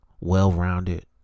well-rounded